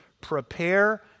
Prepare